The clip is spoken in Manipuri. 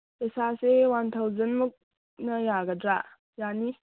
ꯄꯩꯁꯥꯁꯦ ꯋꯥꯟ ꯊꯥꯎꯖꯟꯃꯨꯛꯅ ꯌꯥꯒꯗ꯭ꯔꯥ ꯌꯥꯅꯤ